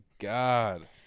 god